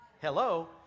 Hello